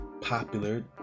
popular